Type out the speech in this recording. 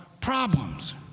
problems